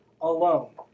alone